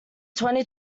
twenty